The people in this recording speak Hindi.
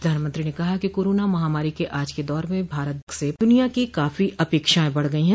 प्रधानमंत्री ने कहा कि कोरोना महामारी के आज के दौर में भारत से दुनिया की अपेक्षाएं काफी बढ़ गई हैं